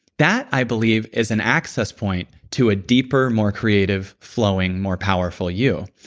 that i believe is an access point to a deeper, more creative flowing, more powerful you,